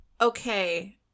Okay